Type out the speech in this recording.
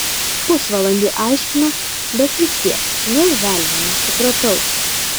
pusvalandį aiškino bet vis tiek nė velnio nesupratau